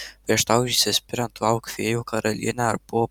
prieš tau išspiriant lauk fėjų karalienę ar po